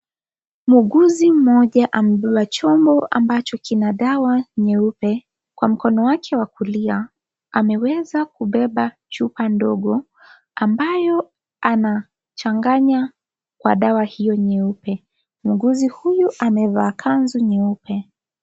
Muuguzi mmoja amebeba chombo ambacho kina dawa nyeupe, Kwa mkono wake wa kulia ameweza kubeba chupa ndogo ambayo anachanganya madawa hiyo nyeupe . Muuguzi huyu amevaa kanzu nyeupe.